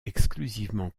exclusivement